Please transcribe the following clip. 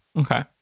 Okay